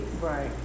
right